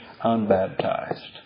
unbaptized